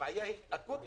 הבעיה היא אקוטית.